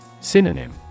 Synonym